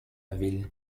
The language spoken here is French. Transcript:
ville